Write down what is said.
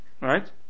right